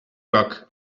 work